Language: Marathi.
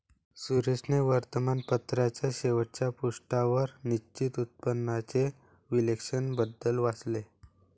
सुरेशने वर्तमानपत्राच्या शेवटच्या पृष्ठावर निश्चित उत्पन्नाचे विश्लेषण बद्दल वाचले